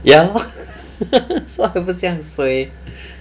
ya lor !wah! 不是这样 suay